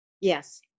Yes